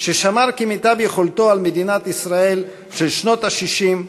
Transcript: ששמר כמיטב יכולתו על מדינת ישראל של שנות ה-60,